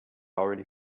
already